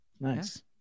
nice